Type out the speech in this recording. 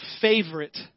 favorite